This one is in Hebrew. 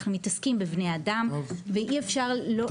אנחנו מתעסקים בבני אדם ואי אפשר שלא לתת טיפול.